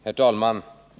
Herr talman!